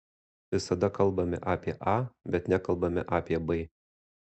visada kalbame apie a bet nekalbame apie b